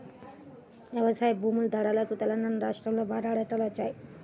వ్యవసాయ భూముల ధరలకు తెలంగాణా రాష్ట్రంలో బాగా రెక్కలొచ్చాయి